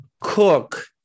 cook